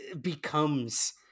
becomes